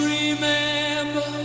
remember